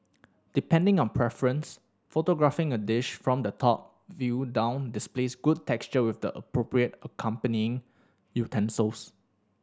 depending on preference photographing a dish from the top view down displays good texture with the appropriate accompanying utensils